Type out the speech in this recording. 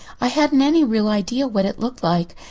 i hadn't any real idea what it looked like.